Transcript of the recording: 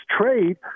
trade